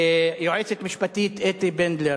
היועצת המשפטית אתי בנדלר,